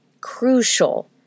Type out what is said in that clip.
crucial